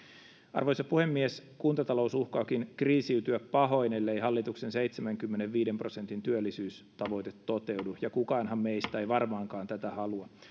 arvoisa puhemies kuntatalous uhkaakin kriisiytyä pahoin ellei hallituksen seitsemänkymmenenviiden prosentin työllisyystavoite toteudu ja kukaanhan meistä ei varmaankaan tätä halua